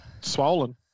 Swollen